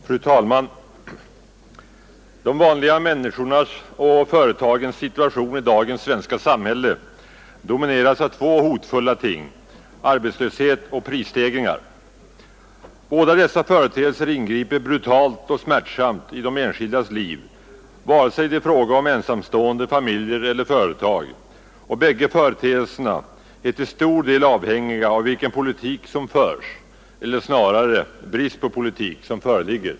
Fru talman! De vanliga människornas och företagens situation i dagens svenska samhälle domineras av två hotfulla ting: arbetslöshet och prisstegringar. Båda dessa företeelser ingriper brutalt och smärtsamt i de enskilda människornas liv, vare sig det är fråga om ensamstående, familjer eller företag, och bägge företeelserna är till stor del avhängiga av vilken politik som förs — eller snarare vilken brist på politik som föreligger.